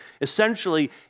Essentially